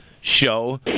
show